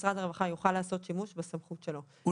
אבל משרד הרווחה כן יוכל לעשות שימוש בסמכות שלו --- הוא